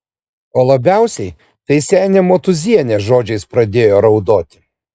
o labiausiai tai senė motūzienė žodžiais pradėjo raudoti